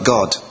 God